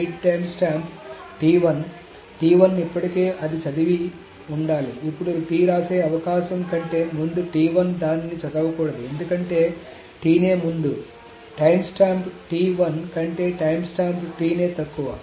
read timestamp ఇప్పటికే అది చదివి ఉండాలి ఇప్పుడు T రాసే అవకాశం కంటే ముందు దానిని చదవకూడదు ఎందుకంటే T నే ముందు టైంస్టాంప్ కంటే టైంస్టాంప్ T నే తక్కువ